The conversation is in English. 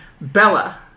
Bella